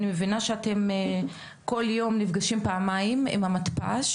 אני מבינה שאתם כל יום נפגשים פעמיים עם המתפ"ש